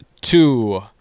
two